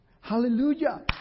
Hallelujah